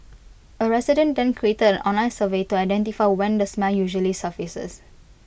A resident then created an online survey to identify when the smell usually surfaces